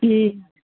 ए